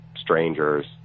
strangers